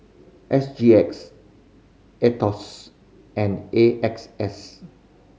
S G X Aetos and A X S